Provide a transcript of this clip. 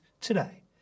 today